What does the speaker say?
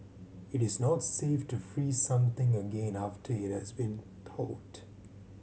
it is not safe to freeze something again after it has been thawed